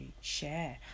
share